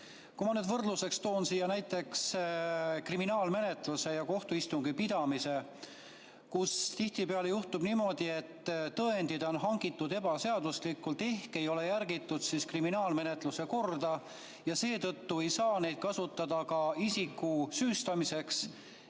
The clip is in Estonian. Kui ma toon võrdluseks näiteks kriminaalmenetluse kohtuistungi pidamise, siis tihtipeale juhtub niimoodi, et tõendid on hangitud ebaseaduslikult ehk ei ole järgitud kriminaalmenetluse korda ja seetõttu ei saa neid kasutada isiku süüstamiseks